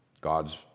God's